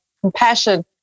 compassion